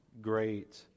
great